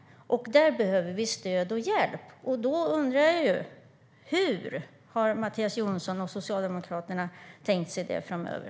Där behöver vi stöd och hjälp, och jag undrar hur Mattias Jonsson och Socialdemokraterna har tänkt sig det framöver.